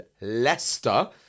Leicester